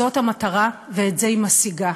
זאת המטרה ואת זה היא משיגה,